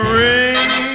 ring